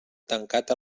tancat